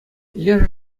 лешӗ